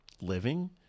living